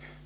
här?